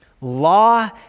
law